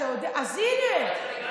הינה,